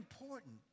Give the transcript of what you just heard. important